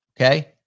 Okay